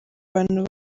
bantu